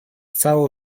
całą